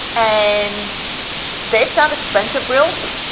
and they've got expensive realty.